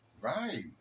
Right